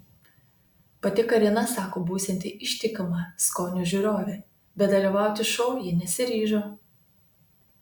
pati karina sako būsianti ištikima skonio žiūrovė bet dalyvauti šou ji nesiryžo